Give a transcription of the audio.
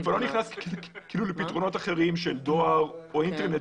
אני לא נכנס לפתרונות אחרים של דואר או אינטרנט